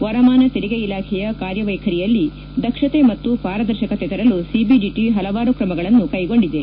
ವರಮಾನ ತೆರಿಗೆ ಇಲಾಖೆಯ ಕಾರ್ಯ ವೈಖರಿಯಲ್ಲಿ ದಕ್ಷತೆ ಮತ್ತು ಪಾರದರ್ಶಕತೆ ತರಲು ಸಿಐಡಿಟ ಪಲವಾರು ಕ್ರಮಗಳನ್ನು ಕೈಗೊಂಡಿದೆ